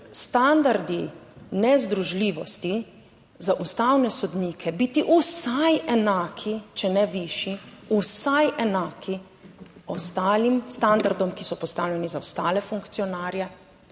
standardi nezdružljivosti za ustavne sodnike biti vsaj enaki, če ne višji, vsaj enaki ostalim standardom, ki so postavljeni za ostale funkcionarje